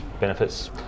benefits